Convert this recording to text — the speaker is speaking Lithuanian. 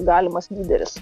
galimas lyderis